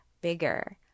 bigger